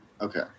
Okay